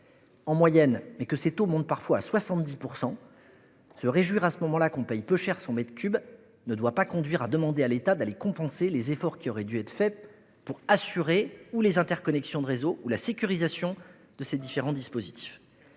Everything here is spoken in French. en moyenne, mais que ces taux montent parfois jusqu'à 70 %, se réjouir que le mètre cube soit bon marché ne doit pas conduire à demander à l'État de compenser les efforts qui auraient dû être faits pour assurer les interconnexions de réseaux ou la sécurisation des différents dispositifs.